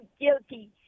guilty